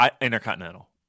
intercontinental